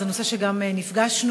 הוא נושא שגם נפגשנו,